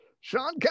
Sean